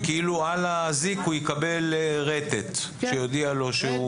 שעל האזיק הוא יקבל רטט שיודיע לו.